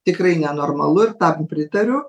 tikrai nenormalu ir tam pritariu